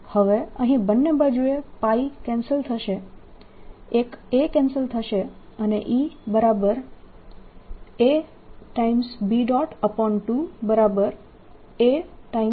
હવે અહીં બંને બાજુએ π કેન્સલ થશે એક a કેન્સલ થશે અને Ea